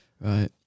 right